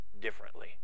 differently